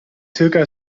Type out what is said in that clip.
zirka